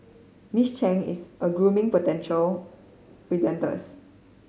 Miss Chang is a grooming potential presenters